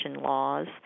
laws